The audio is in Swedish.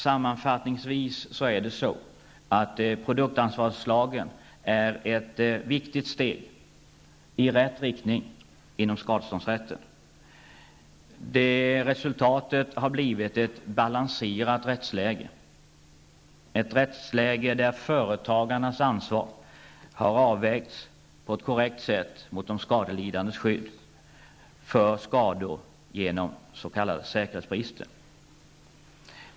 Sammanfattningsvis kan jag konstatera att produktansvarslagen är ett viktigt steg i rätt riktning inom skadeståndsrätten. Resultatet har blivit ett balanserat rättsläge, där företagarnas ansvar har avvägts på ett korrekt sätt mot de skadelidandes skydd mot skador genom s.k. säkerhetsbrister.